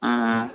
ஆ ஆ